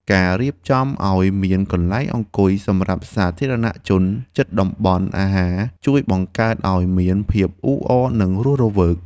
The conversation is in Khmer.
ការរៀបចំឱ្យមានកន្លែងអង្គុយសម្រាប់សាធារណៈជនជិតតំបន់អាហារជួយបង្កើតឱ្យមានភាពអ៊ូអរនិងរស់រវើក។